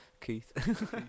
Keith